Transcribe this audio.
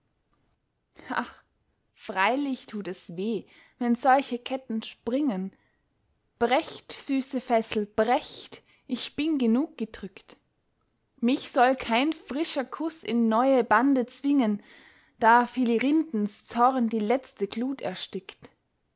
freilich tut es weh wenn solche ketten springen brecht süße fessel brecht ich bin genug gedrückt mich soll kein frischer kuß in neue bande zwingen da philirindens zorn die letzte glut erstickt